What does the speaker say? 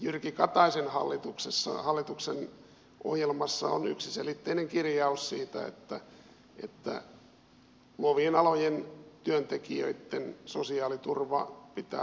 jyrki kataisen hallituksen ohjelmassa on yksiselitteinen kirjaus siitä että luovien alojen työntekijöitten sosiaaliturva pitää saattaa kuntoon